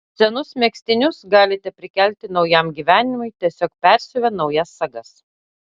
senus megztinius galite prikelti naujam gyvenimui tiesiog persiuvę naujas sagas